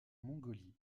mongolie